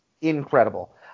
Incredible